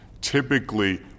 typically